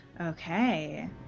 Okay